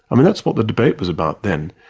i mean, that's what the debate was about then,